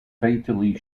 fatally